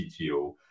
CTO